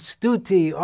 Stuti